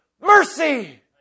mercy